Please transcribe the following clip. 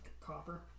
Copper